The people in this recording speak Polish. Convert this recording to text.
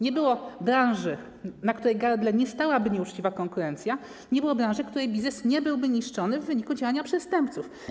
Nie było branży, na której gardle nie stałaby nieuczciwa konkurencja, nie było branży, której biznes nie byłby niszczony w wyniku działania przestępców.